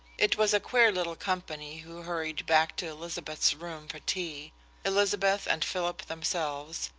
it was a queer little company who hurried back to elizabeth's room for tea elizabeth and philip themselves,